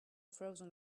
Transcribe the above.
frozen